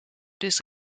dus